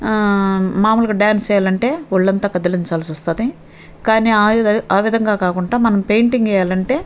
మామూలుగా డాన్స్ చేయాలంటే ఒళ్ళంతా కదిలించాల్సి వస్తుంది కానీ ఆవిధంగా కాకుండా మనం పెయింటింగ్ వేయాలంటే